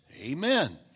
Amen